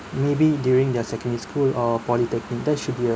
maybe during their secondary school or polytechnic that should be a